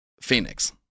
Phoenix